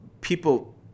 people